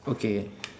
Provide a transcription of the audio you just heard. okay